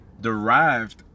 derived